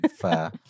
Fair